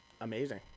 amazing